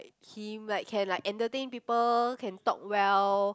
him like can like entertain people can talk well